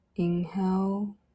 Inhale